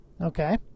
okay